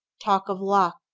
talk of luck,